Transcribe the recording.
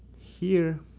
here,